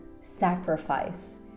sacrifice